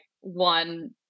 one